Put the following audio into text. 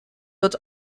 but